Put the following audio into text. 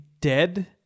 dead